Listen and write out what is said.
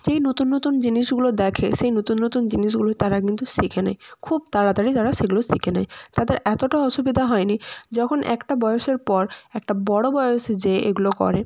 সেই নতুন নতুন জিনিসগুলো দেখে সেই নতুন নতুন জিনিসগুলো তারা কিন্তু শিখে নেয় খুব তাড়াতাড়ি তারা সেগুলো শিখে নেয় তাদের এতটা অসুবিধা হয় নি যখন একটা বয়সের পর একটা বড়ো বয়সে যেয়ে এগুলো করে